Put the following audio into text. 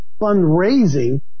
fundraising